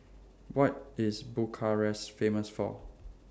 What IS Bucharest Famous For